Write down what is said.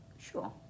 Sure